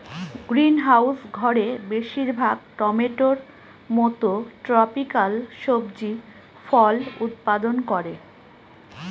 greenhouse ঘরে বেশির ভাগ টমেটোর মত ট্রপিকাল সবজি ফল উৎপাদন করে